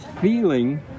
feeling